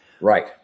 Right